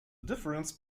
difference